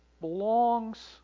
belongs